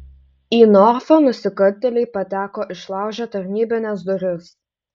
į norfą nusikaltėliai pateko išlaužę tarnybines duris